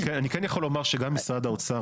אני כן יכול לומר שגם משרד האוצר,